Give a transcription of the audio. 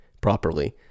properly